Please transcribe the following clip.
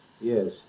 Yes